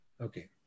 Okay